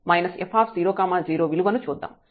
ఇక్కడ f00 విలువ 0 అవుతుంది